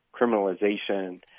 criminalization